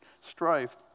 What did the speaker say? strife